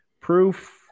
proof